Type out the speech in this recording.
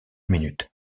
minutes